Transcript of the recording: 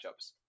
matchups